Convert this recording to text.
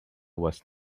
was